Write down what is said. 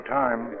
time